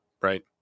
right